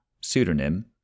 pseudonym